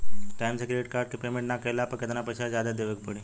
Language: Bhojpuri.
टाइम से क्रेडिट कार्ड के पेमेंट ना कैला पर केतना पईसा जादे देवे के पड़ी?